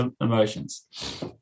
emotions